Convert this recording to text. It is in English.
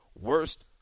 worst